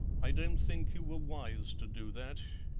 i don't think you were wise to do that,